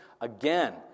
again